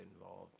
involved